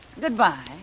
Goodbye